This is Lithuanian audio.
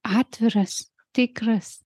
atviras tikras